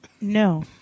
No